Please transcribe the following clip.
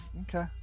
Okay